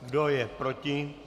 Kdo je proti?